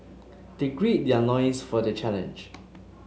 they gird their loins for the challenge